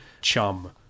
chum